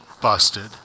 busted